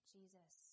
Jesus